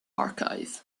archive